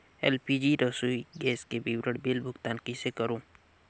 LPG रसोई gas के विवरण बिल भुगतान कइसे करों?